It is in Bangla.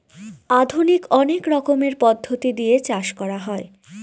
আধুনিক অনেক রকমের পদ্ধতি দিয়ে চাষ করা হয়